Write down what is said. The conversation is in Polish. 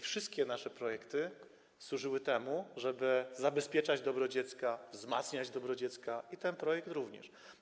Wszystkie nasze projekty służyły temu, żeby zabezpieczać dobro dziecka, wzmacniać dobro dziecka, ten projekt również.